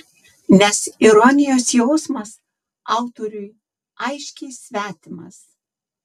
nes ironijos jausmas autoriui aiškiai svetimas